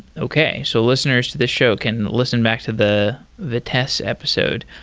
okay, so listeners to this show can listen back to the vitess episode.